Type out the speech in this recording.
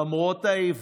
למרות האיבה,